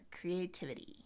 creativity